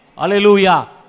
Hallelujah